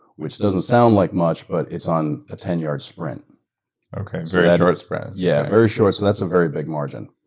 which doesn't sound like much, but it's on a ten yard sprint okay, so yeah short sprints. yeah, very short, so that's a very big margin.